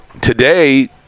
today